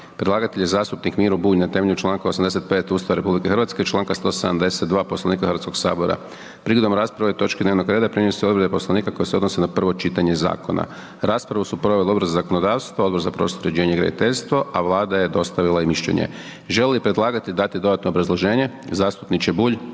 Predlagatelj je zastupnik Miro Bulj na temelju čl. 85. Ustava RH i čl. 172. Poslovnika HS. Prigodom rasprave o ovoj točki dnevnog reda primjenjuju se odredbe Poslovnika koje se odnose na prvo čitanje zakona. Raspravu su proveli Odbor za zakonodavstvo, Odbor za prostorno uređenje i graditeljstvo, a Vlada je dostavila i mišljenje. Želi li predlagatelj dati dodatno obrazloženje, zastupniče Bulj?